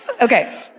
Okay